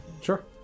Sure